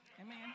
Amen